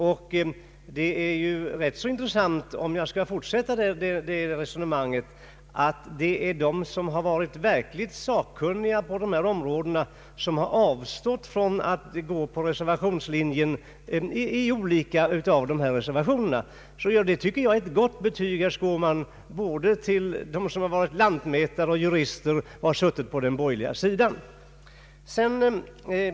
Om jag får fortsätta detta resonemang är det rätt intressant att konstatera att de som har varit verkligt sakkunniga på dessa områden har avstått från att på särskilda områden gå på reservationslinjen. Det tycker jag, herr Skårman, är ett gott betyg till dem som varit lantmätare och jurister och har tillhört den borgerliga sidan.